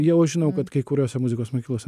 jau žinau kad kai kuriose muzikos mokyklose